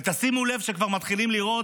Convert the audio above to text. ותשימו לב שכבר מתחילים לראות,